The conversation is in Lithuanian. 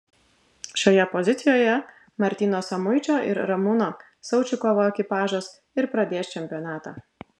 šioje pozicijoje martyno samuičio ir ramūno šaučikovo ekipažas ir pradės čempionatą